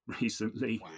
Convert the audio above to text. recently